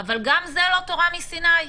אבל גם זה לא תורה מסיני.